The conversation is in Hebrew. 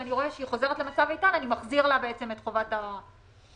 כשאני רואה שהיא חוזרת למצב איתן אני מחזיר לה את חובת תשלום התמלוגים.